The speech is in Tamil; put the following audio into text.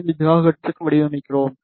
45 ஜிகாஹெர்ட்ஸுக்கு வடிவமைக்கிறோம்